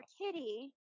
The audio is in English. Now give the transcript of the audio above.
Kitty